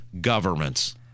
Governments